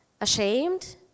Ashamed